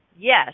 Yes